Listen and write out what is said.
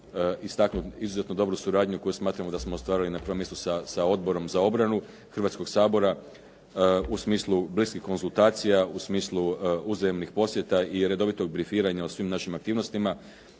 istaknuti izuzetno dobru suradnju koju smatramo da smo ostvariti da smo ostvarili na prvom mjestu sa Odborom za obranu Hrvatskoga sabora u smislu bliskih konzultacija, u smislu uzajamnih posjeta i redovitog brifiranja o svim našim aktivnostima.